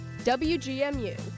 WGMU